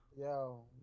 Yo